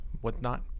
whatnot